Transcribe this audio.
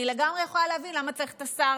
אני לגמרי יכולה להבין למה צריך את השר